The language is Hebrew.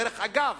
דרך אגב,